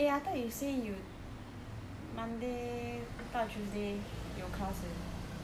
eh I thought you say you monday 到 tuesday 有 class 而已